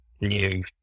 new